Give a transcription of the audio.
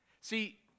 See